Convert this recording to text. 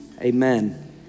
amen